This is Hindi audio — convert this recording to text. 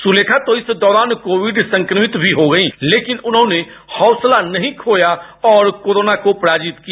सुलेखा तो इस दौरान कोविड संक्रमित भी हो गयी लेकिन उन्होने हौसला नहीं खोया और कोरोना को पराजित किया